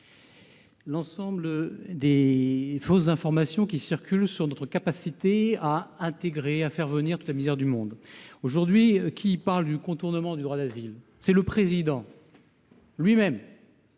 l'ensemble des fausses informations qui circulent sur notre capacité à intégrer et à accepter toute la misère du monde. Qui parle aujourd'hui du contournement du droit d'asile ? C'est le Président de